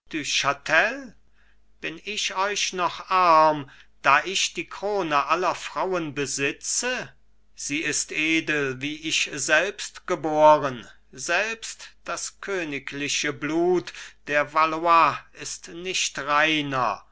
bin ich euch noch arm da ich die krone aller frauen besitze sie ist edel wie ich selbst geboren selbst das königliche blut der valois ist nicht reiner